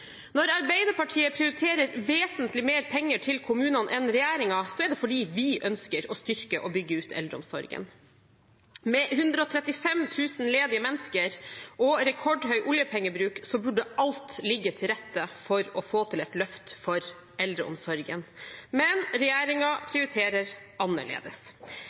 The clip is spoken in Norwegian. Når Arbeiderpartiet prioriterer vesentlig mer penger til kommunene enn regjeringen, er det fordi vi ønsker å styrke og bygge ut eldreomsorgen. Med 135 000 ledige mennesker og rekordhøy oljepengebruk burde alt ligge til rette for å få til et løft for eldreomsorgen. Men regjeringen prioriterer annerledes.